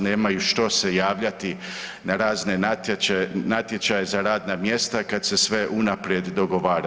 Nemaju što se javljati na razne natječaje za radna mjesta kada se sve unaprijed dogovara.